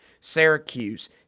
Syracuse